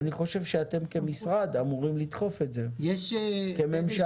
אני חושב שאתם כמשרד אמורים לדחוף את זה, כממשלה.